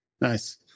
Nice